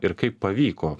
ir kaip pavyko